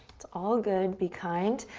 it's all good, be kind.